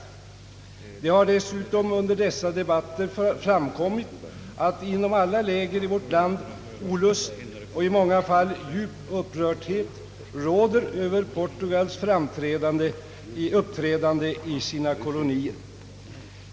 Dessutom har det under dessa debatter framkommit, att det inom alla läger i vårt land råder olust och i många fall djup upprördhet över Portugals uppträdande i sina kolonier.